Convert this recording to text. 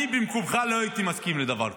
אני במקומך לא הייתי מסכים לדבר כזה.